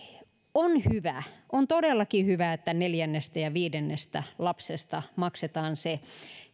on todellakin hyvä että neljännestä ja viidennestä lapsesta maksetaan